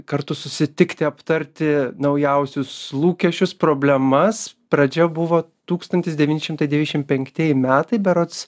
kartu susitikti aptarti naujausius lūkesčius problemas pradžia buvo tūkstantis devyni šimtai devyniasdešim penktieji metai berods